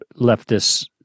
leftist